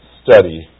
study